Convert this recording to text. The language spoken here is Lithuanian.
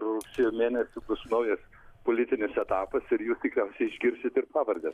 rugsėjo mėnesį bus naujas politinis etapas ir jūs tikriausiai išgirsit ir pavardes